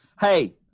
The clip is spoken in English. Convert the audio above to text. hey